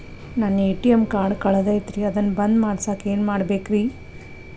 ನನ್ನ ATM card ಕಳದೈತ್ರಿ ಅದನ್ನ ಬಂದ್ ಮಾಡಸಾಕ್ ಏನ್ ಮಾಡ್ಬೇಕ್ರಿ?